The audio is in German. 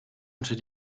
unter